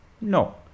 No